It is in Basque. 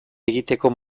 egiteko